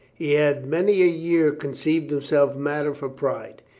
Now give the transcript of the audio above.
he had many a year con ceived himself matter for pride.